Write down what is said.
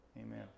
Amen